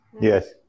Yes